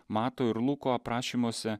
mato ir luko aprašymuose